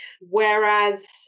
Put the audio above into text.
Whereas